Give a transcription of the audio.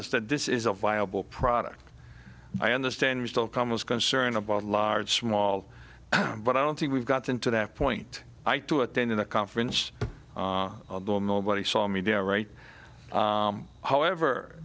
us that this is a viable product i understand we still come was concerned about large small but i don't think we've gotten to that point i too attended a conference although nobody saw me do right however